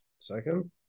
Second